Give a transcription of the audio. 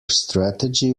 strategy